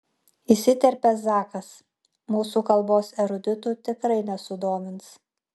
įsiterpia zakas mūsų kalbos eruditų tikrai nesudomins